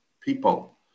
people